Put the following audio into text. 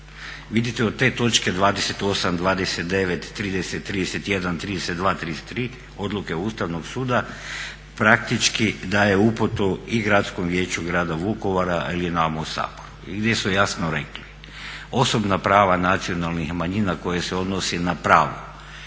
Vidite od te točke 28, 29, 30, 31, 32, 33, odluke Ustavnog suda praktički daje uputu i Gradskom vijeću Grada Vukovara ili nama u Saboru gdje su jasno rekli osobna prava nacionalnih manjina koje se odnosi na pravo